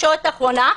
ישורת אחרונה,